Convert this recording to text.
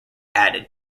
added